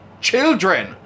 children